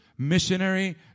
missionary